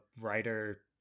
writer